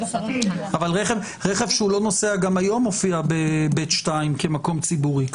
אבל רכב שהוא לא נוסע גם היום מופיע ב-2(ב)(2) כמקום ציבורי,